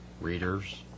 readers